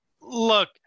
look